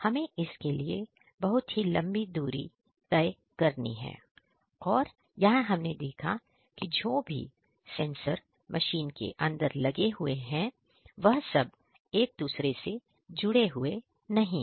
हमें इसके लिए बहुत ही लंबी दूरी तय करनी है और यहां हमने देखा की जो भी सेंसर मशीन के अंदर लगे हैं वह सब एक दूसरे से जुड़े हुए नहीं हैं